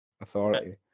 authority